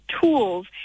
tools